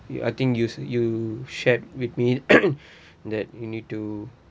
ya I think use you shared with me that need to